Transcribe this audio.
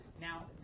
Now